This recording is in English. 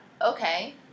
Okay